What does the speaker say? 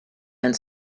and